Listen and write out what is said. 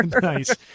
Nice